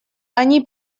они